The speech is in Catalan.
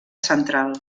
central